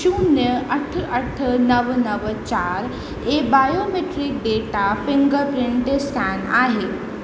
शून्य अठ अठ नव नव चारि ऐ बायोमेट्रिक डेटा फिंगरप्रिंट स्कैन आहे